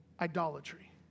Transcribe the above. idolatry